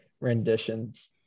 renditions